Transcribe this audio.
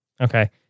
Okay